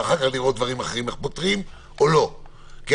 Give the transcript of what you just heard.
ואחר כך לראות איך פותרים דברים אחרים?